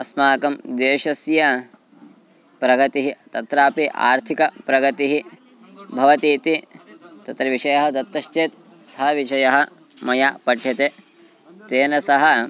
अस्माकं देशस्य प्रगतिः तत्रापि आर्थिक प्रगतिः भवति इति तत्र विषयः दत्तश्चेत् सः विषयः मया पठ्यते तेन सह